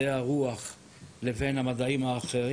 בדיוק להיפך.